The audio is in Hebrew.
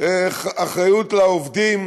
אחריות לעובדים